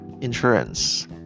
insurance